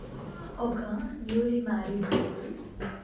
ఒక newly married couple